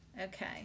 Okay